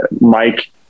Mike